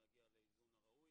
נעזור לזה לקרות.